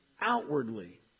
outwardly